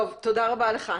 תודה רבה לך.